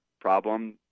problem